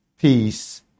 Peace